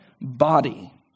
body